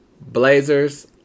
Blazers